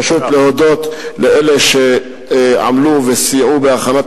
פשוט להודות לאלה שעמלו וסייעו בהכנת